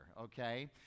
Okay